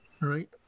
right